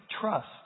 trust